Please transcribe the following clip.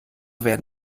werden